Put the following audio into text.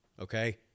Okay